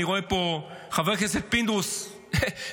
אני רואה פה את חבר הכנסת פינדרוס מחתים